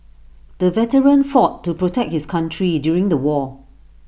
the veteran fought to protect his country during the war